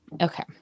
Okay